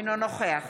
אינו נוכח